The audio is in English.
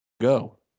Go